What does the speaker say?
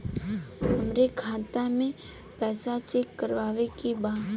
हमरे खाता मे पैसा चेक करवावे के बा?